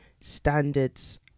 standards